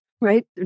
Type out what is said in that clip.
right